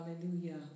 Hallelujah